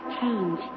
change